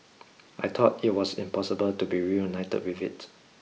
I thought it was impossible to be reunited with it